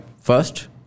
first